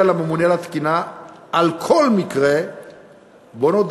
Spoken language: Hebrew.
לממונה על התקינה על כל מקרה שבו נודע